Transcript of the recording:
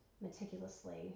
meticulously